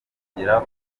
kugera